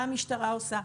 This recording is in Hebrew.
מה המשטרה עושה,